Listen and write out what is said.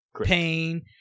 Pain